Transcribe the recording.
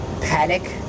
panic